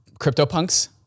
CryptoPunks